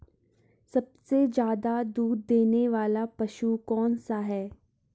सबसे ज़्यादा दूध देने वाला पशु कौन सा है?